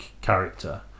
character